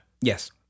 Yes